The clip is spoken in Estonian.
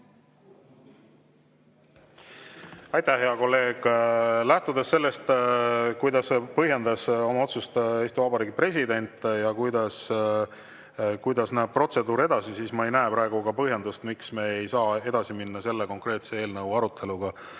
Aitäh, hea kolleeg! Lähtudes sellest, kuidas põhjendas oma otsust Eesti Vabariigi president ja mida näeb ette protseduur, ei näe ma praegu põhjust, miks me ei saaks edasi minna selle konkreetse eelnõu aruteluga,